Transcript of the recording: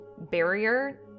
barrier